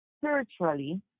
spiritually